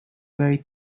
very